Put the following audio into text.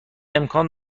امکان